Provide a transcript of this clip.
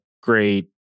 great